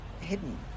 hidden